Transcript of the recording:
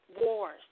wars